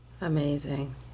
amazing